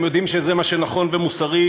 הם יודעים שזה מה שנכון ומוסרי,